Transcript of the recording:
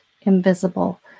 invisible